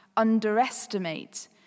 underestimate